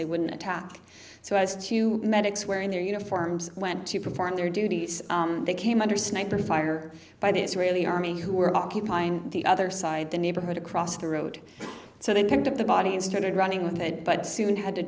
they wouldn't attack so as to medics wearing their uniforms went to perform their duties they came under sniper fire by the israeli army who were occupying the other side the neighborhood across the road so they kind of the body and started running with it but soon had to